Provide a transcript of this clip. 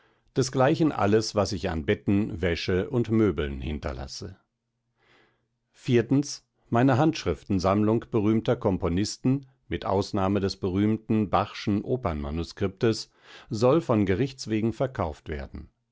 desgleichen alles was ich an betten wäsche und möbeln hinterlasse meine handschriftensammlung berühmter komponisten mit ausnahme des berühmten bachschen opernmanuskriptes soll von gerichts wegen verkauft werden